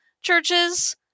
churches